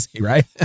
Right